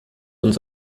uns